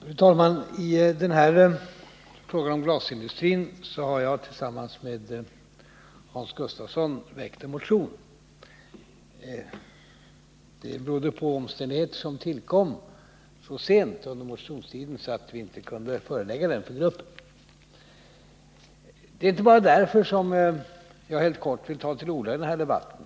Fru talman! I frågan om glasindustrin har jag tillsammans med Hans Gustafsson väckt en motion. På grund av omständigheter som tillkom sent under motionstiden kunde vi inte förelägga den för gruppen. Det är inte bara därför som jag helt kort vill ta till orda i den här debatten.